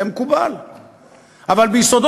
זה מקובל.